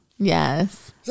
Yes